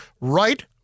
right